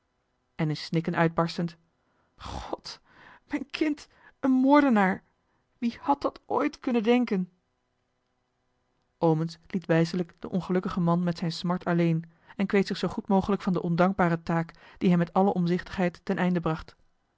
en in snikken uitbarstend god mijn kind een moordenaar wie had dat ooit kunnen denken omens liet wijselijk den ongelukkigen man met zijne smart alleen en kweet zich zoo goed mogelijk van de ondankbare taak die hij met alle omzichtigheid ten einde bracht